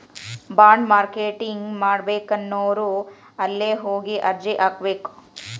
Bond marketing ಮಾಡ್ಬೇಕನ್ನೊವ್ರು ಯೆಲ್ಲೆ ಹೊಗಿ ಅರ್ಜಿ ಹಾಕ್ಬೆಕು?